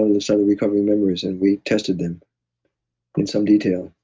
all of a sudden, recovering memories. and we tested them in some detail,